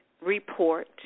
report